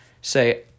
Say